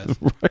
Right